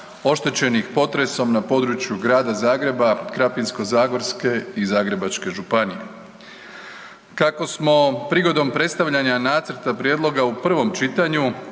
oštećenih potresom na području Grada Zagreba, Krapinsko-zagorske i Zagrebačke županije. Kako smo prigodom predstavljanja nacrta prijedloga u prvom čitanju